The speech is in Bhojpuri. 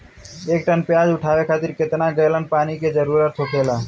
एक टन प्याज उठावे खातिर केतना गैलन पानी के जरूरत होखेला?